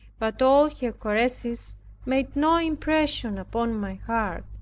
but all her caresses made no impression upon my heart.